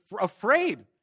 afraid